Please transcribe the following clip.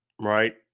right